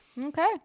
Okay